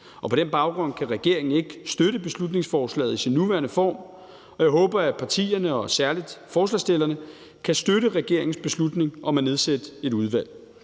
På den baggrund kan regeringen ikke støtte beslutningsforslaget i sin nuværende form, og jeg håber, at partierne og særlig forslagsstillerne kan støtte regeringens beslutning om at nedsætte et udvalg.